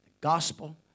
Gospel